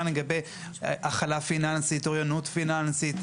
לגבי הכלה פיננסית אוריינות פיננסית,